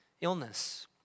illness